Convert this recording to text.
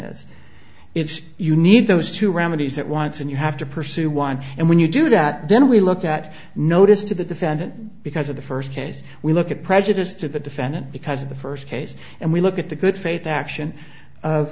if you need those two remedies that wants and you have to pursue one and when you do that then we look at notice to the defendant because of the first case we look at prejudice to the defendant because of the first case and we look at the good faith action of